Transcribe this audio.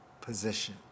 position